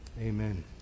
Amen